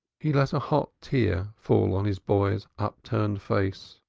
me let a hot tear fall on his boy's upturned face.